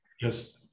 Yes